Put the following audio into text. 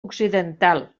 occidental